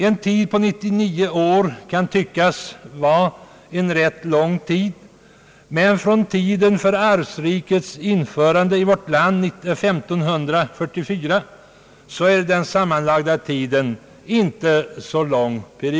En tid på 99 år kan tyckas vara en rätt lång tid, men om man beaktar att arvsriket infördes i vårt land 1544, är den sammanlagda tiden inte så lång.